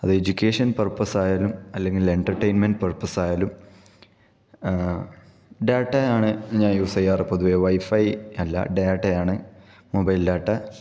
അത് എജ്യൂക്കേഷൻ പർപ്പസായാലും അല്ലെങ്കിൽ എന്റർടൈൻമെന്റ് പർപ്പസായാലും ഡാറ്റ ആണ് ഞാൻ യൂസ് ചെയ്യാറ് പൊതുവേ വൈഫൈ അല്ല ഡാറ്റ ആണ് മൊബൈൽ ഡാറ്റ